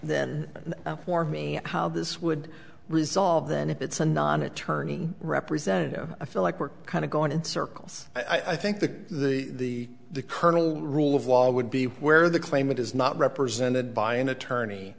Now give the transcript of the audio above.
then for me how this would resolve then if it's a non attorney representative i feel like we're kind of going in circles i think the the the colonel rule of law would be where the claimant is not represented by an attorney